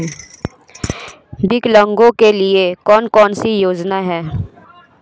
विकलांगों के लिए कौन कौनसी योजना है?